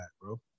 bro